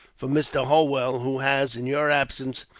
from mr. holwell who has, in your absence,